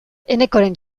enekoren